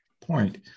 point